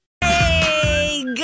Hey